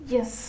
Yes